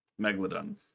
Megalodon